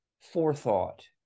forethought